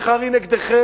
מחר היא נגדכם.